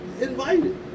invited